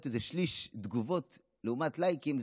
צריכות להיות איזה שליש תגובות לעומת לייקים,